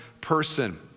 person